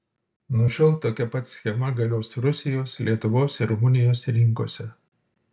nuo šiol tokia pat schema galios rusijos lietuvos ir rumunijos rinkose